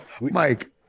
Mike